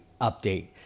update